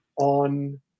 on